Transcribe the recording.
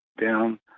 down